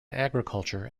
agriculture